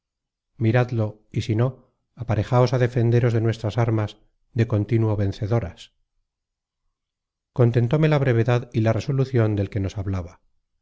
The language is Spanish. miradlo y si no aparejaos á defenderos de nuestras armas de continuo vencedoras contentóme la brevedad y la resolucion del que nos hablaba